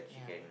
yeah